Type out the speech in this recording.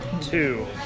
Two